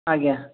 ଆଜ୍ଞା